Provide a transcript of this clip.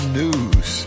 news